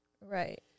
Right